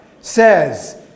says